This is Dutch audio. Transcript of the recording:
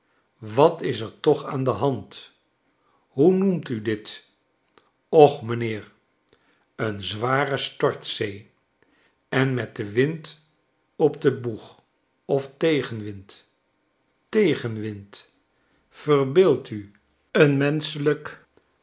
wat is er toch aan de hand hoe noemt u dit och m'nheer een zware stortzee en met den wind op den boeg of tegenwind tegenwind verbeeld u een